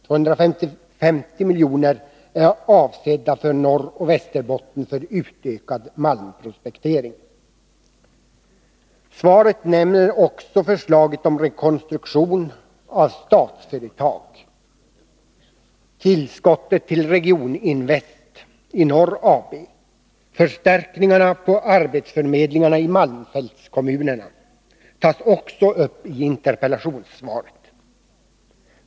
250 milj.kr. är avsedda för Norrbotten och Västerbotten för utökad malmprospektering. Svaret nämner också förslaget om rekonstruktion av Statsföretag och tillskottet till Regioninvest i Norr AB. Förstärkningarna på arbetsförmedlingarna i malmfältskommunerna tas också upp i interpellationssvaret.